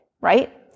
right